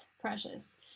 Precious